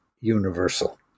universal